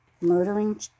murdering